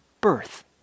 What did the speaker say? birth